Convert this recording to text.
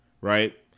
Right